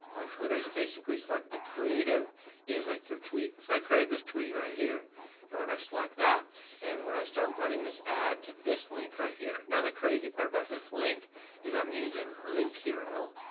on twitter you basically select the creative is like your tweets. i created this tweet right here and we're going to select that and we're going to start running this ad to this link right here. now the crazy part about this link is i'm using link hero,